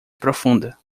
profunda